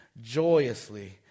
joyously